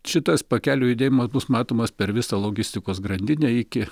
šitas pakelių judėjimas bus matomas per visą logistikos grandinę iki